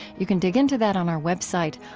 you can dig into that on our website,